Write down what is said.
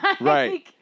Right